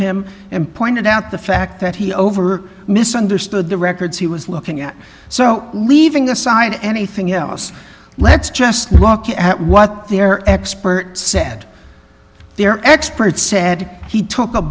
him and pointed out the fact that he over misunderstood the records he was looking at so leaving aside anything else let's just look at what their expert said their expert said he took a